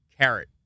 carrot